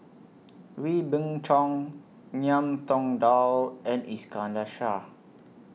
Wee Beng Chong Ngiam Tong Dow and Iskandar Shah